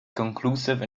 conclusive